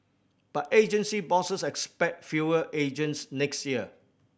but agency bosses expect fewer agents next year